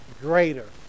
greater